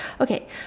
okay